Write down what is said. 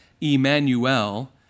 Emmanuel